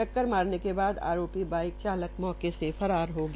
टककर मारने के बाद आरोपी बाइक चालक मौके से फरार हो गया